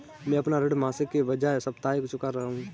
मैं अपना ऋण मासिक के बजाय साप्ताहिक चुका रहा हूँ